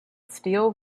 steel